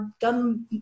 done